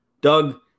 Doug